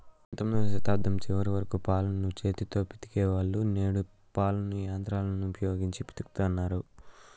పంతొమ్మిదవ శతాబ్దం చివరి వరకు పాలను చేతితో పితికే వాళ్ళు, నేడు పాలను యంత్రాలను ఉపయోగించి పితుకుతన్నారు